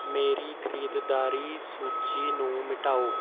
ਮੇਰੀ ਖਰੀਦਦਾਰੀ ਸੂਚੀ ਨੂੰ ਮਿਟਾਓ